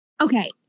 Okay